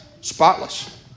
Spotless